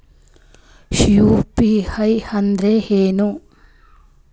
UPI ಅಂದ್ರೆ ಏನು?